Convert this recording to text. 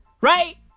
Right